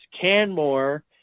Canmore